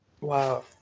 Wow